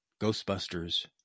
Ghostbusters